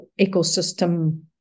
ecosystem